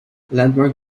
landmark